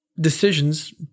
decisions